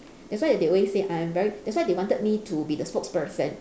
that's why they always say I'm a very that's why they wanted me to be the spokesperson